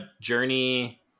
Journey